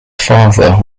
father